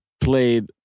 played